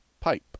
pipe